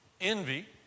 envy